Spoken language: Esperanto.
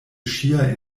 ŝia